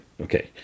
okay